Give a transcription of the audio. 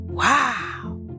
Wow